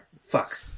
Fuck